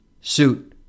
suit